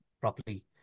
properly